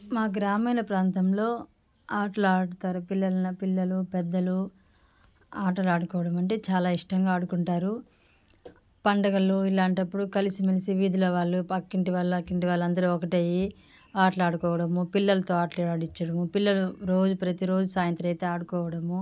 మా గ్రామీణ ప్రాంతంలో ఆటలు ఆడుతారు పిల్లలన్న పిల్లలు పెద్దలు ఆటలాడుకోవడం అంటే చాలా ఇష్టంగా ఆడుకుంటారు పండుగలు ఇలాంటి అప్పుడు కలిసిమెలిసి వీధిలో వాళ్ళు పక్కింటి వాళ్ళు ఒక్క ఇంటి వాళ్ళు అందరు ఒకటై ఆటలు ఆడుకోవడము పిల్లలతో ఆటలు ఆడించడము పిల్లలు రోజు ప్రతిరోజు సాయంత్రం అయితే ఆడుకోవడము